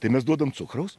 tai mes duodam cukraus